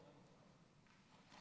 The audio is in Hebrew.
ההצעה להעביר את